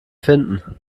finden